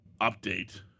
update